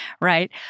Right